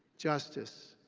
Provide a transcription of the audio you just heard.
justice,